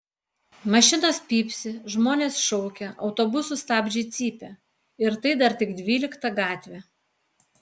mašinos pypsi žmonės šaukia autobusų stabdžiai cypia ir tai dar tik dvylikta gatvė